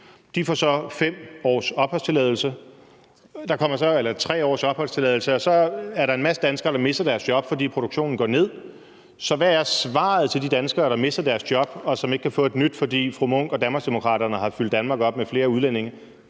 anden side af kloden ind, og de får så 3 års opholdstilladelse. Så er der en masse danskere, der mister deres job, fordi produktionen går ned. Så hvad er svaret til de danskere, der mister deres job, og som ikke kan få et nyt, fordi fru Charlotte Munch og Danmarksdemokraterne har fyldt Danmark op med flere udlændinge?